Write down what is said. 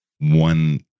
one